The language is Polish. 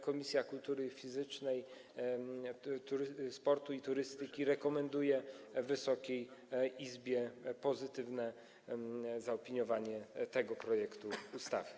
Komisja Kultury Fizycznej, Sportu i Turystyki rekomenduje Wysokiej Izbie pozytywne zaopiniowanie tego projektu ustawy.